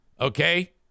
Okay